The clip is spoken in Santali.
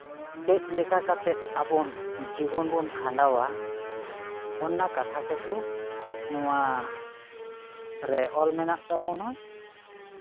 ᱪᱮᱫ ᱞᱮᱠᱟ ᱠᱟᱛᱮᱜ ᱟᱵᱚ ᱡᱤᱵᱚᱱ ᱵᱚᱱ ᱠᱷᱟᱸᱰᱟᱣᱟ ᱚᱱᱟ ᱠᱟᱛᱷᱟ ᱠᱚᱜᱮ ᱱᱚᱣᱟ ᱨᱮ ᱚᱞ ᱢᱮᱱᱟᱜ ᱛᱟᱵᱚᱱᱟ